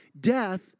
Death